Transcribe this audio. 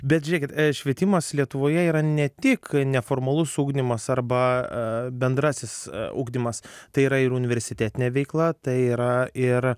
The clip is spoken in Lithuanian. bet žiūrėkit švietimas lietuvoje yra ne tik neformalus ugdymas arba bendrasis ugdymas tai yra ir universitetinė veikla tai yra ir